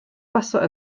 buasai